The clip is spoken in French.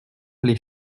les